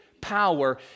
power